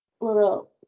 little